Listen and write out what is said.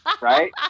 right